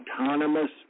autonomous